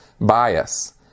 bias